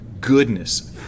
goodness